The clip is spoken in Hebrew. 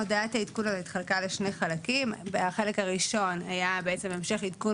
הודעת העדכון הזאת התחלקה לשני חלקים: החלק הראשון היה המשך עדכון